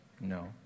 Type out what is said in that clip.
No